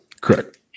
Correct